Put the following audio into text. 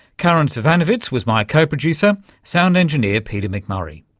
karin zsivanovits was my co-producer. sound engineer peter mcmurray.